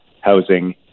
housing